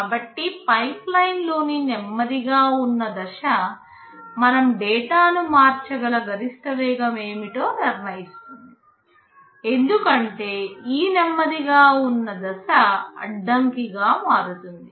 కాబట్టి పైప్లైన్లోని నెమ్మదిగా ఉన్న దశ మనం డేటాను మార్చగల గరిష్ట వేగం ఏమిటో నిర్ణయిస్తుంది ఎందుకంటే ఈ నెమ్మదిగా ఉన్న దశ అడ్డంకిగా మారుతుంది